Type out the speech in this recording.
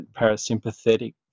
parasympathetic